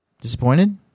Disappointed